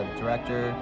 director